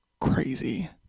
crazy